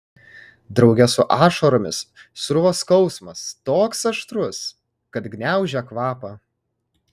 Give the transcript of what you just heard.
drauge su ašaromis sruvo skausmas toks aštrus kad gniaužė kvapą